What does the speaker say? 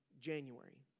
January